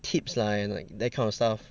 tips lah and like that kind of stuff